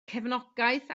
cefnogaeth